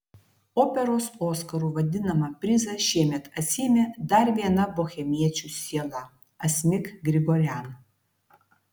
operos oskaru vadinamą prizą šiemet atsiėmė dar viena bohemiečių siela asmik grigorian